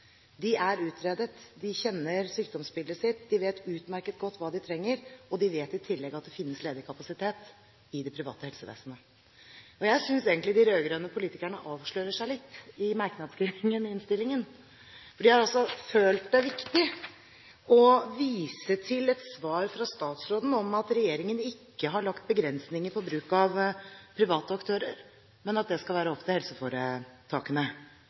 De er utredet, de kjenner sykdomsbildet sitt, de vet utmerket godt hva de trenger, og de vet i tillegg at det finnes ledig kapasitet i det private helsevesenet. Jeg synes egentlig de rød-grønne politikerne avslører seg litt i merknadene i innstillingen. For de har altså følt det viktig å vise til et svar fra statsråden om at regjeringen ikke har lagt begrensninger på bruk av private aktører, men at det skal være opp til helseforetakene.